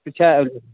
سُہ چھا ایٚو